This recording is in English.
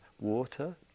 water